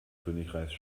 königreichs